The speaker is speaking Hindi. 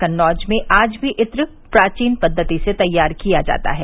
कन्नौज में आज भी इत्र प्राचीन पद्वति से तैयार किया जाता है